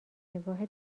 نگاه